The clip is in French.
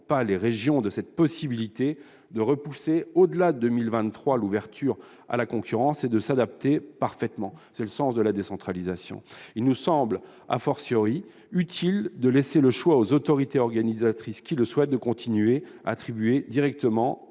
pas les régions de cette possibilité de repousser, au-delà de 2023, l'ouverture à la concurrence et de s'adapter parfaitement. C'est justement le sens de la décentralisation., il nous semble utile de laisser le choix aux autorités organisatrices qui le souhaitent de continuer à attribuer directement